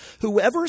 whoever